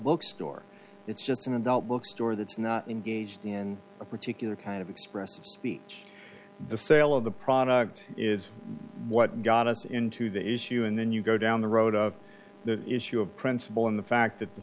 bookstore it's just an adult bookstore that's not engaged in a particular kind of expressive speech the sale of the product is what got us into the issue and then you go down the road of the issue of principle and the fact that the